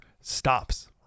stops